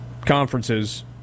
conferences